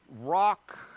rock